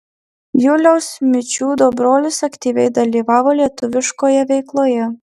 juliaus mičiūdo brolis aktyviai dalyvavo lietuviškoje veikloje